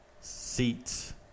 seats